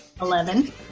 Eleven